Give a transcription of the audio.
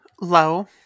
low